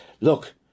look